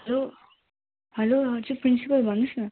hello hello हजुर principal भन्नुहोस् न